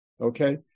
okay